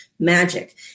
magic